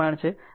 9 o છે